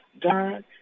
God